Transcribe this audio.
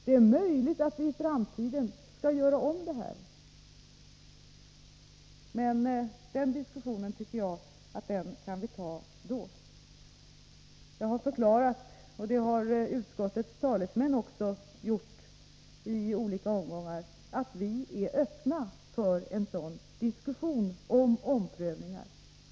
Det är möjligt att vi i framtiden skall göra om detta, men den diskussionen tycker jag att vi kan ta då. Jag har förklarat — och det har utskottets talesmän också gjort i olika omgångar — att vi är öppna för en diskussion om omprövningar.